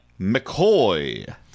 McCoy